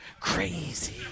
Crazy